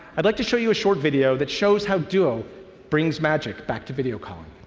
i'd like to show you a short video that shows how duo brings magic back to video calling.